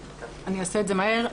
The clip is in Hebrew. אני אעשה את זה מהר.